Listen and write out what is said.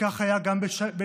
כך היה גם ב-1994,